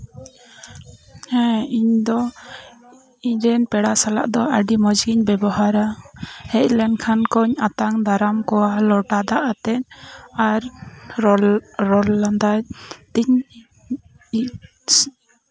ᱦᱮᱸ ᱤᱧ ᱫᱚ ᱤᱧ ᱨᱮᱱ ᱯᱮᱲᱟ ᱥᱟᱞᱟᱜ ᱫᱚ ᱟᱹᱰᱤ ᱢᱚᱸᱡᱽ ᱜᱤᱧ ᱵᱮᱵᱚᱦᱟᱨᱟ ᱦᱮᱡᱞᱮᱱ ᱠᱷᱟᱱ ᱠᱚᱧ ᱟᱛᱟᱝ ᱫᱟᱨᱟᱢ ᱠᱚᱣᱟ ᱞᱚᱴᱟ ᱫᱟᱜ ᱟᱛᱮᱫ ᱟᱨ ᱨᱚᱲ ᱨᱚᱲ ᱞᱟᱸᱫᱟ ᱛᱤᱧ